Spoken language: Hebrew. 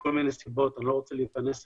מכל מיני סיבות, אני לא רוצה להיכנס אליהן,